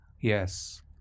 Yes